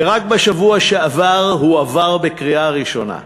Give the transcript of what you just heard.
ורק בשבוע שעבר הוא עבר בקריאה ראשונה.